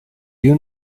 you